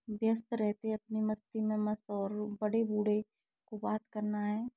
व्यस्त रहते अपनी मस्ती में मस्त और बड़े बूढ़े को बात करना है